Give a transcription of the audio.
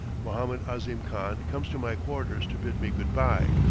mohammed ahzim khan comes to my quarters to bid me good-by,